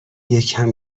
یکم